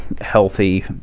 healthy